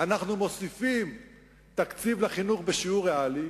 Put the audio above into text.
אנחנו מוסיפים תקציב לחינוך בשיעור ריאלי,